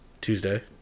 Tuesday